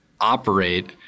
operate